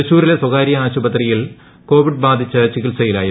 തൃശ്ശൂരില്ല സ്വകാര്യ ആശുപത്രിയിൽ കൊവിഡ് ബാധിച്ച് ചികിത്സയില്ലായിരുന്നു